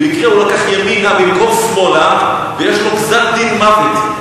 במקרה הוא לקח ימינה במקום שמאלה ויש לו גזר-דין מוות.